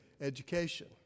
education